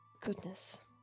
Goodness